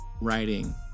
writing